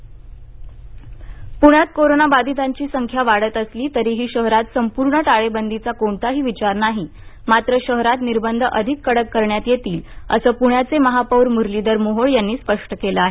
पुणे महापौर पुण्यात कोरोनाबाधितांची संख्या वाढत असली तरीही शहरात संपूर्ण टाळेबंदीचा कोणताही विचार नाही मात्र शहरात निर्बंध अधिक कडक करण्यात येतील असं पुण्याचे महापौर मु्रलीधर मोहोळ यांनी स्पष्ट केले आहे